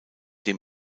dem